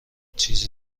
چیزی